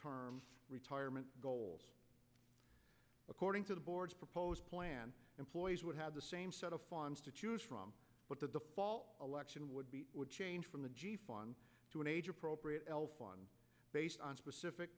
term retirement goals according to the board's proposed plan employees would have the same set of forms to choose from but the election would be would change from the g fun to an age appropriate else one based on specific